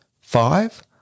Five